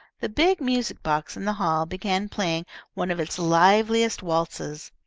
the big music-box in the hall began playing one of its liveliest waltzes,